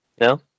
No